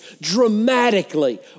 dramatically